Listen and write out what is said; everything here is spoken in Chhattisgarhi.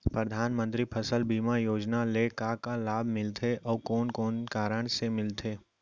परधानमंतरी फसल बीमा योजना ले का का लाभ मिलथे अऊ कोन कोन कारण से मिलथे?